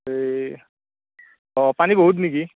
এই অঁ পানী বহুত নেকি